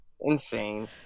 insane